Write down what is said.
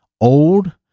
old